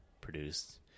produced